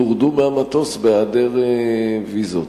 הורדו מהמטוס בהיעדר ויזות.